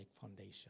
foundation